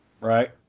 right